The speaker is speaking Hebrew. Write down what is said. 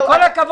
עם כל הכבוד,